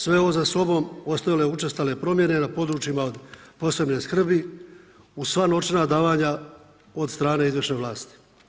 Sve ovo za sobom ostavilo je učestale promjene na područjima od posebne skrbi uz sva novčana davanja od strane izvršne vlasti.